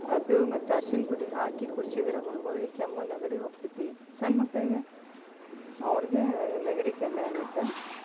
ಅದು ಮತ್ತು ಅರ್ಶಿಣ ಪುಡಿ ಹಾಕಿ ಕುಡ್ಸಿದ್ರೆ ಹುಡುಗರಿಗೆ ಕೆಮ್ಮು ನೆಗಡಿ ಹೋಗ್ತೈತಿ ಸಣ್ಣಮಕ್ಳಿಗೆ ಅವ್ರಿಗೆ ನೆಗಡಿ ಕೆಮ್ಮು ಆಗುತ್ತೆ